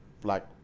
Black